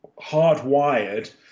hardwired